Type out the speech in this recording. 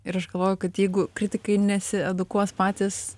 ir aš galvoju kad jeigu kritikai nesiedukuos patys